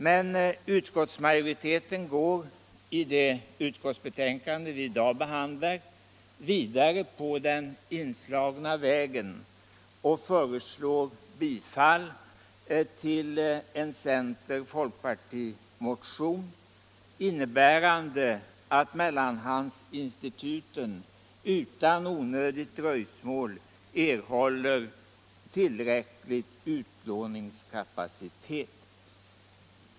Men utskottsmajoriteten går i det utskottsbetänkande vi i dag behandlar vidare på den inslagna vägen och föreslår bifall till en motion från centern och folkpartiet innebärande att mellanhandsinstituten utan onödigt dröjsmål erhåller tillräcklig utlåningskapacitet.